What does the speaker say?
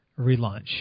relaunch